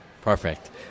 Perfect